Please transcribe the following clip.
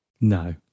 no